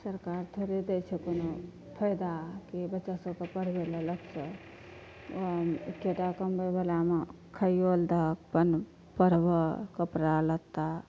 सरकार थोड़े दै छै कोनो फायदा कि बच्चा सबके पढ़बैला लेक्चर ओहो एकेटा कमबै बलामे खाइयो ला दहक अपन पढ़बऽ कपड़ा लत्ता